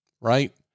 right